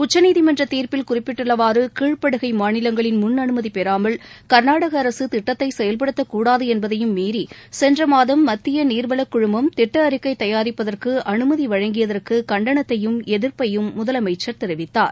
உச்சநீதிமன்ற தீர்ப்பில் குறிப்பிட்டுள்ளவாறு கீழ்ப்படுகை மாநிலங்களின் முன் அனுமதிபெறாமல் கர்நாடக அரசு திட்டத்தை செயல்படுத்தக்கூடாது என்பதையும் மீறி சென்ற மாதம் மத்திய நீர்வளக் குழுமம் திட்ட அறிக்கை தயாரிப்பதற்கு அனுமதி வழங்கியதற்கு கண்டனத்தையும் எதிர்ப்பையும் முதலமைச்சர் தெரிவித்தார்